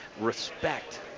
respect